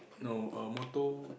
no err motto